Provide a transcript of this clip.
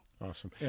Awesome